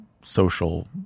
social